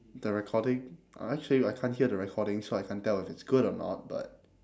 the recording or actually I can't hear the recording so I can't tell if it's good or not but